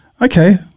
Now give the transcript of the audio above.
Okay